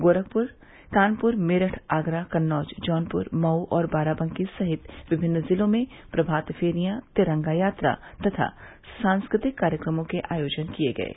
गोरखपूर कानपूर मेरठ आगरा कन्नौज जौनपूर मऊ और बाराबंकी सहित विभिन्न जिलों में प्रभात फेरियां तिरंगा यात्रा तथा सांस्कृतिक कार्यक्रमों के आयोजन किये गये